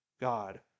God